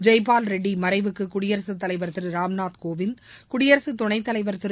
ஜெய்பால் ரெட்டி மறைவுக்கு குடியரசுத்தலைவர் திரு ராம்நாத் கோவிந்த் குடியரசுத் துணைத் தலைவர் திரு